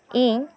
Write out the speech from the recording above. ᱤᱧ